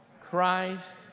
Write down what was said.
Christ